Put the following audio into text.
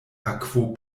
akvo